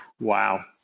Wow